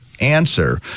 Answer